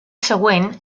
següent